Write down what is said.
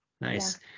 nice